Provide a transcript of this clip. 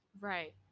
Right